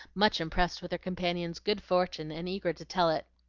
much impressed with her companion's good fortune and eager to tell it.